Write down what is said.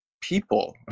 people